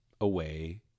away